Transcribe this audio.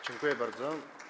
Dziękuję bardzo.